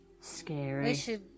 scary